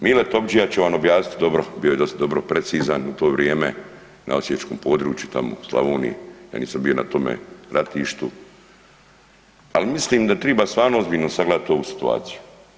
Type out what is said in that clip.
Mile Topdžija će vam objasniti dobro, bio je dosta dobro precizan u to vrijeme na osječkom području tamo u Slavoniji ja nisam bio na tome ratištu, ali mislim da triba stvarno ozbiljno sagledati ovu situaciju.